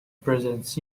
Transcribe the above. presents